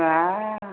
बाह